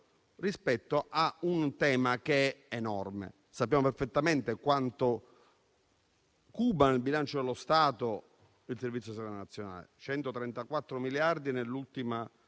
rispetto a un tema enorme. Sappiamo perfettamente quanto cuba nel bilancio dello Stato il Servizio sanitario nazionale (134 miliardi nell'ultimo